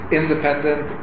independent